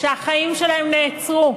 שהחיים שלהן נעצרו